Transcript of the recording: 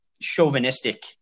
chauvinistic